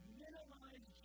minimize